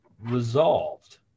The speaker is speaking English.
resolved